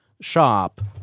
shop